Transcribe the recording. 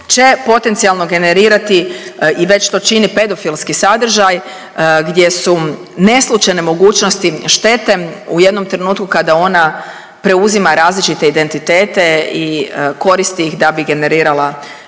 će potencijalno generirati i već to čini pedofilski sadržaj gdje su neslućene mogućnosti štete u jednom trenutku kada ona preuzima različite identitete i koristi ih da bi generirala takav